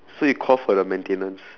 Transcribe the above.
so you call for the maintenance